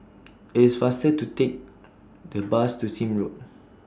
IT IS faster to Take The Bus to Sime Road